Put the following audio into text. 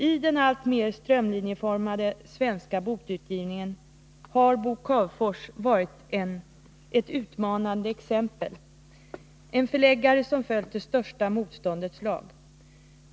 I den alltmer strömlinjeformade svenska bokutgivningen har Bo Cavefors varit ett utmanande exempel, en förläggare som följt det största motståndets lag.